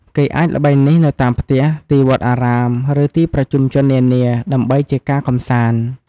គេអាចល្បែងនេះនៅតាមផ្ទះ ទីវត្តអារាម ឬ ទីប្រជុំជននានា ដើម្បីជាការកំសាន្ត។